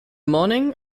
morning